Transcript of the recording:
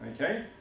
okay